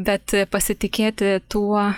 bet pasitikėti tuo